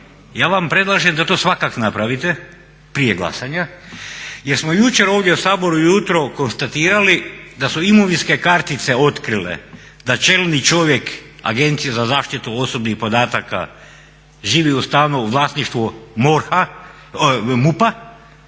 ja vam predlažem da to svakako napravite prije glasanja jer smo jučer ovdje u saboru ujutro konstatirali da su imovinske kartice otkrile da čelni čovjek Agencije za zaštitu osobnih podataka živi u stanu u vlasništvu MUP-a